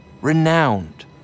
renowned